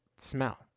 smell